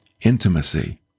intimacy